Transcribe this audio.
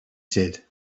said